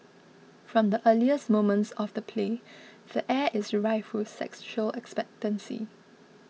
from the earliest moments of the play the air is rife sexual expectancy